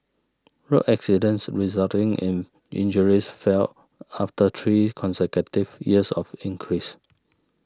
road accidents resulting in injuries fell after three consecutive years of increase